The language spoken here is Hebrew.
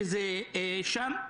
שזה שם,